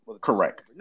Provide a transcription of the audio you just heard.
Correct